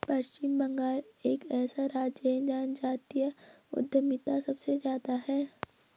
पश्चिम बंगाल एक ऐसा राज्य है जहां जातीय उद्यमिता सबसे ज्यादा हैं